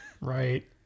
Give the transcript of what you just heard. right